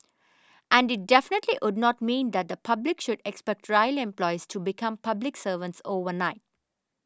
and it definitely would not mean that the public should expect rail employees to become public servants overnight